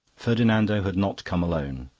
ferdinando had not come alone.